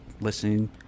listening